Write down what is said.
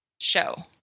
show